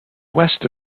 west